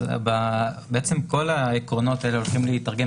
כל העקרונות האלה הולכים להיתרגם